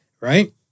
Right